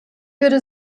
würde